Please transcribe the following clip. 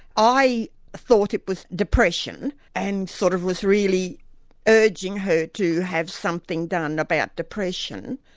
i thought it was depression and sort of was really urging her to have something done about depression.